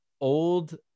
old